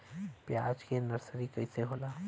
प्याज के नर्सरी कइसे होला?